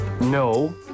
No